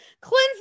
cleanse